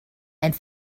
and